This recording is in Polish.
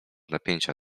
napięcia